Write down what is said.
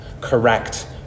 correct